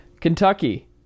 kentucky